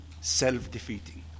self-defeating